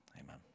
amen